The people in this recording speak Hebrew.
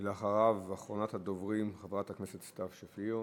אחריו, אחרונת הדוברים, חברת הכנסת סתיו שפיר.